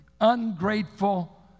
ungrateful